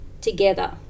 together